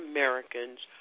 Americans